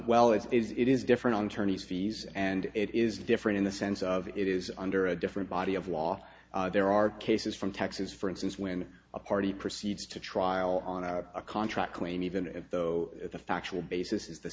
well it is it is different on tourney's fees and it is different in the sense of it is under a different body of law there are cases from texas for instance when a party proceeds to trial on out a contract claim even if though the factual basis is the